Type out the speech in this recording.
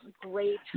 great